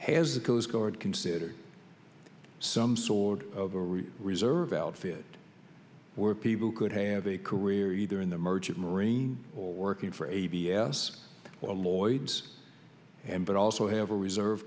guard consider some sort of reserve outfit where people could have a career either in the merchant marine or working for a b s a lloyd's and but also have a reserve